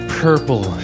purple